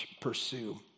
pursue